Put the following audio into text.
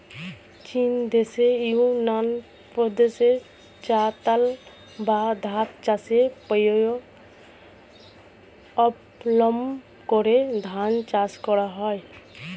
চীনদেশের ইউনান প্রদেশে চাতাল বা ধাপ চাষের প্রক্রিয়া অবলম্বন করে ধান চাষ করা হয়